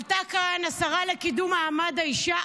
עלתה כאן השרה לקידום מעמד האישה,